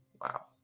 Wow